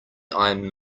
i’m